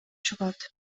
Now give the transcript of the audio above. чыгат